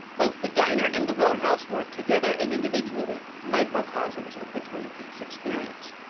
both the diner and the roadhouse were, together and individually, microcosms of the twin peaks experience,